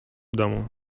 domu